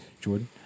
Jordan